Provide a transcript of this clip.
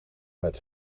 met